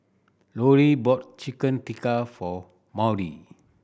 Lollie bought Chicken Tikka for Maude